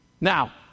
Now